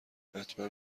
حتما